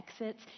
exits